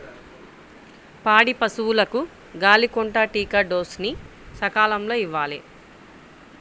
పాడి పశువులకు గాలికొంటా టీకా డోస్ ని సకాలంలో ఇవ్వాలి